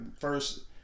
first